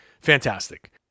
fantastic